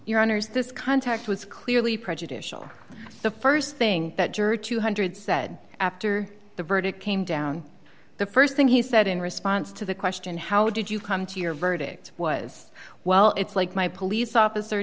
your honors this contact was clearly prejudicial the st thing that juror two hundred said after the verdict came down the st thing he said in response to the question how did you come to your verdict was well it's like my police officer